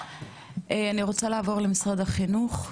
אני רוצה לעבור למשרד החינוך,